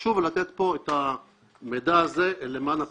חשוב לתת פה את המידע הזה למען הפרוטוקול.